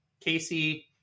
Casey